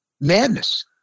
madness